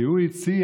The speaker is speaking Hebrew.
כי הוא הציע,